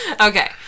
Okay